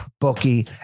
bookie